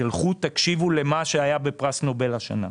תלכו ותקשיבו למה שהיה בפרס נובל השנה.